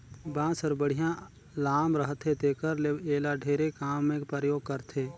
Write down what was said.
बांस हर बड़िहा लाम रहथे तेखर ले एला ढेरे काम मे परयोग करथे